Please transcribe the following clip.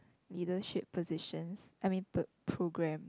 leadership positions I mean per~ program